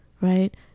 right